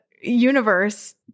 universe